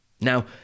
Now